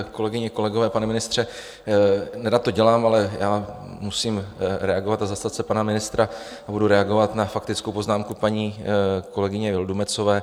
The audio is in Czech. Kolegyně, kolegové, pane ministře, nerad to dělám, ale já musím reagovat a zastat se pana ministra a budu reagovat na faktickou poznámku paní kolegyně Vildumetzové.